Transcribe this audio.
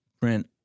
print